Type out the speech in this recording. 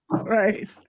right